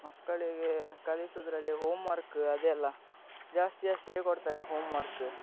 ಮಕ್ಕಳಿಗೆ ಕಲಿಸುವುದ್ರಲ್ಲಿ homework ಅದೆಲ್ಲ ಜಾಸ್ತಿ ಜಾಸ್ತಿಯೇ ಕೊಡ್ತಾರೆ ಹೋಮ್ ವರ್ಕ